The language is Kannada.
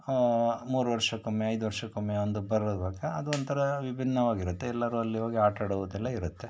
ಮೂರು ವರ್ಷಕ್ಕೊಮ್ಮೆ ಐದು ವರ್ಷಕ್ಕೊಮ್ಮೆ ಒಂದು ಬರೋವಾಗ ಅದು ಒಂಥರ ವಿಭಿನ್ನವಾಗಿರುತ್ತೆ ಎಲ್ಲರೂ ಅಲ್ಲಿ ಹೋಗಿ ಆಟ ಆಡೋದೆಲ್ಲ ಇರುತ್ತೆ